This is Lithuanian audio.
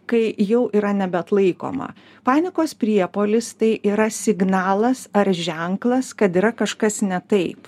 kai jau yra nebeatlaikoma panikos priepuolis tai yra signalas ar ženklas kad yra kažkas ne taip